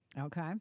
Okay